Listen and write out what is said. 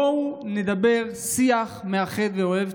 בואו נדבר שיח מאחד ואוהב.